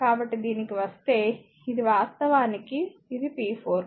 కాబట్టి దీనికి వస్తే ఇది వాస్తవానికి ఇది p4